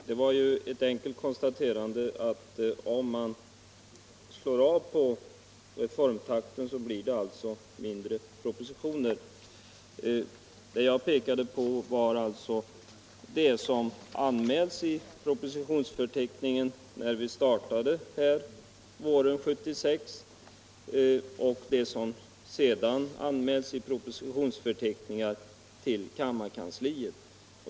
Herr talman! Det var ju ett enkelt konstaterande att det, om man slår av på reformtakten, blir färre propositioner. Vad jag pekade på var det som anmäldes i propositionsförteckningen i början av våren 1976 och det som sedan anmäldes i propositionsförteckningar till kammarkansliet.